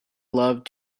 love